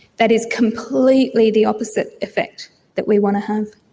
that is completely the opposite effect that we want to have.